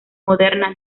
moderna